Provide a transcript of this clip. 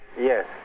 Yes